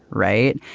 right.